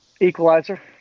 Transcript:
Equalizer